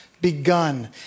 begun